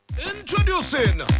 Introducing